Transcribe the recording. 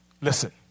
Listen